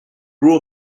grew